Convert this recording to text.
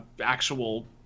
actual